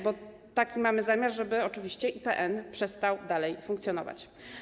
Bo mamy taki zamiar, żeby oczywiście IPN przestał dalej funkcjonować.